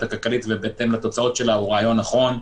הכלכלית ובהתאם לתוצאות שלה הוא רעיון נכון.